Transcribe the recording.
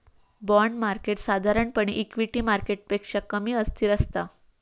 bond market साधारणपणे equity मार्केटपेक्षा कमी अस्थिर असता